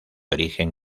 origen